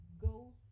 go